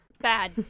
Bad